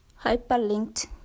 hyperlinked